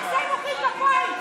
מה זה מוחאים כפיים?